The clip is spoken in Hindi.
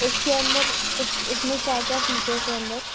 उसके अंदर उस उसमें क्या क्या फ़ीचर्ज़ हैं अंदर